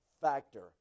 factor